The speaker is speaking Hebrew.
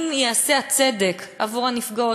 אם ייעשה הצדק עבור הנפגעות,